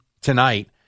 tonight